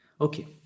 Okay